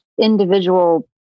individual